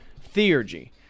theurgy